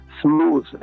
smooth